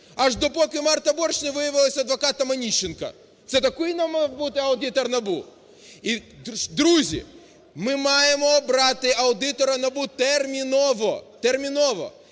Аж до поки Марта Борщ не виявилася адвокатом Онищенка. Це такий має бути аудитор НАБУ? Друзі, ми маємо обрати аудитора НАБУ терміново,